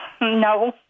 no